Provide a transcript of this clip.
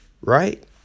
right